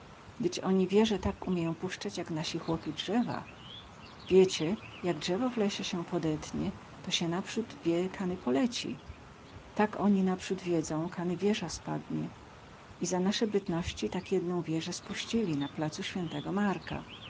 oni wieze tak umieją puscać jak nascy chłopi drzewa wiecie jak drzewo w lesie sie podetnie to sie naprzód wie kany poleci tak oni naprzód wiedzą kany wieza spadnie i za nase bytności tak jedną wiezę spuścili na placu św marka